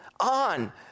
on